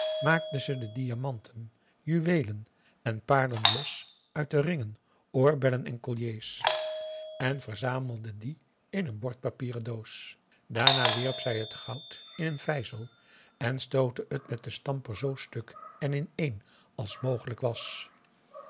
maakte ze de diamanten juweelen en paarlen los uit de ringen oorbellen en colliers en verzamelde die in een bordpapieren doos daarna wierp zij het goud in een vijzel en stootte het met den stamper zoo stuk en ineen als mogelijk was